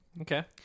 Okay